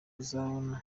uzabona